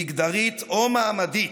מגדרית או מעמדית,